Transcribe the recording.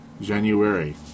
January